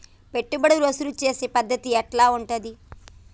పెట్టుబడులు వసూలు చేసే పద్ధతి ఎట్లా ఉంటది?